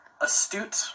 astute